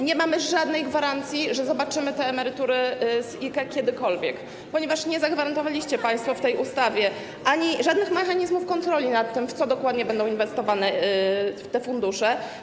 Nie mamy żadnej gwarancji, że kiedykolwiek zobaczymy te emerytury z IKE, ponieważ nie zagwarantowaliście państwo w tej ustawie żadnych mechanizmów kontroli nad tym, w co dokładnie będą inwestowane te fundusze.